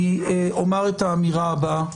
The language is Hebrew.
אני אומר את האמירה הבאה: